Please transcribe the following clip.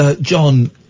John